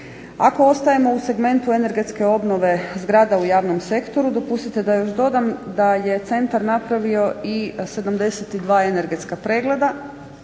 Ako ostajemo u segmentu energetske obnove zgrada u javnom sektoru dopustite da još dodam da je centar napravio i 72 energetska pregleda.